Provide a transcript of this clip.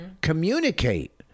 Communicate